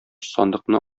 сандыкны